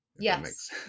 Yes